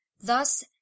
Thus